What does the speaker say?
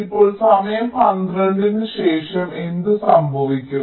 ഇപ്പോൾ സമയം 12 ന് ശേഷം എന്ത് സംഭവിക്കും